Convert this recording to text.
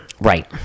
Right